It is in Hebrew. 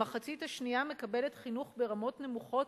המחצית השנייה מקבלת חינוך ברמות נמוכות